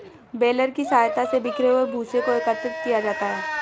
baler की सहायता से बिखरे हुए भूसे को एकत्रित किया जाता है